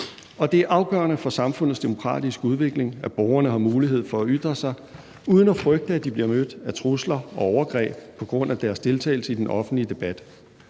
Og det er afgørende for samfundets demokratiske udvikling, at borgerne har mulighed for at ytre sig uden at frygte, at de bliver mødt af trusler og overgreb på grund af deres deltagelse i den offentlige debat.